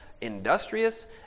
industrious